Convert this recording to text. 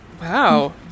Wow